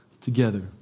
together